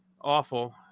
awful